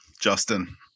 Justin